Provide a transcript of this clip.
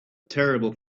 terrible